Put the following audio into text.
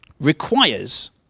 requires